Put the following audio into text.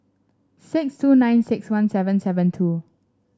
six two nine six one seven seven two